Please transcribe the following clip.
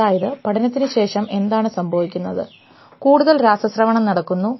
അതായത് പഠനത്തിനുശേഷം എന്താണ് സംഭവിക്കുന്നത് കൂടുതൽ രാസസ്രവണം നടക്കുന്നു